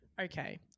Okay